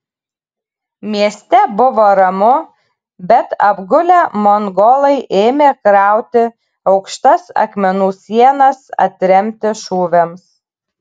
mieste buvo ramu bet apgulę mongolai ėmė krauti aukštas akmenų sienas atremti šūviams